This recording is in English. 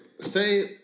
say